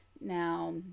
Now